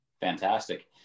Fantastic